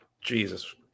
Jesus